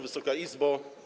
Wysoka Izbo!